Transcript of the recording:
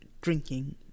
drinking